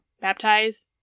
baptize